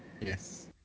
Yes